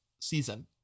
season